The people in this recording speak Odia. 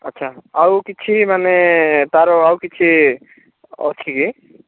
ଆଚ୍ଛା ଆଉ କିଛି ମାନେ ତାର ଆଉ କିଛି ଅଛି କି